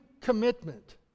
commitment